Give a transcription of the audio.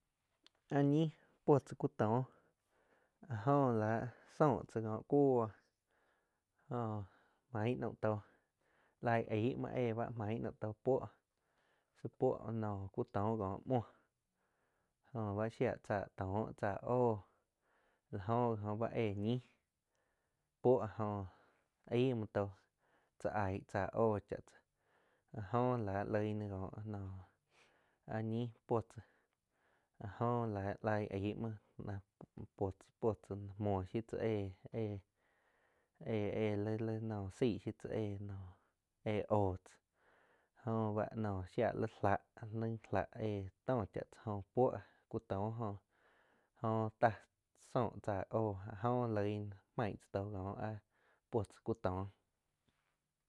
Áh ñin puo tzá cúh tóh áh joh láh soh tzá kóh kuoh joh main naum tóh laig aig muoh éh ba maing naum tóh puoh tzi puo noh ku tóh koh muoh jóh shia tóh tzá óh la góh gi oh éh ñih puo jóh aig muoh tóh tzá aig tzáh oh cha tzáh áh jóh la loig náh kóh noh áh ñih puo tzá áh jóh la laig aig muoh náh puo tzá, puo tzá mouh shiu tzá éh-éh li noh saig shiu tzá éh oh tzáh jo báh no sia li láh li lah éh toh cha tzá jo puo ku toh jóh oh táh soh tzá óh áh joh loi náh main tzá tóh kó áh puo tzáh ku tóh.